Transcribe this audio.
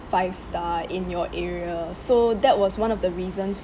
five star in your area so that was one of the reasons